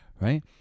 right